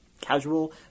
casual